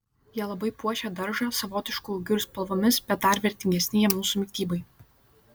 jie labai puošia daržą savotišku ūgiu ir spalvomis bet dar vertingesni jie mūsų mitybai